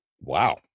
Wow